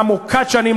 עמוקת שנים,